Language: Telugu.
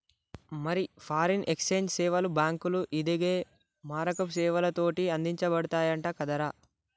మరి ఫారిన్ ఎక్సేంజ్ సేవలు బాంకులు, ఇదిగే మారకపు సేవలతోటి అందించబడతయంట కదరా